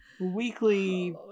weekly